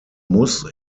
muss